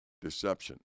deception